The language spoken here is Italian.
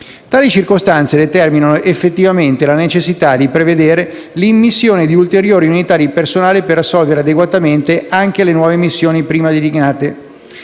Tali circostanze determinano, effettivamente, la necessità di prevedere l'immissione di ulteriori unità di personale per assolvere adeguatamente anche alle nuove missioni prima delineate.